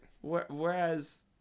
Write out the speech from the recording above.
Whereas